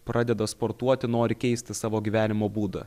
pradeda sportuoti nori keisti savo gyvenimo būdą